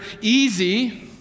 easy